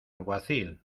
alguacil